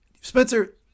spencer